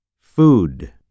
Food